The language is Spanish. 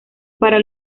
para